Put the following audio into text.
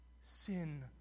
Sin